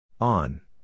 On